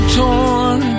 torn